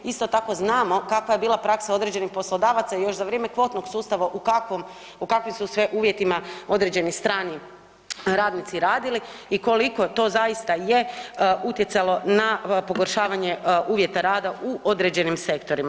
Isto tako znamo kakva je bila praksa određenih poslodavaca još za vrijeme kvotnog sustava u kakvim su sve uvjetima određeni strani radnici radili i koliko to zaista je utjecalo na pogoršavanje uvjeta rada u određenim sektorima.